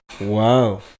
Wow